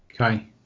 Okay